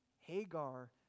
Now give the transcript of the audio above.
Hagar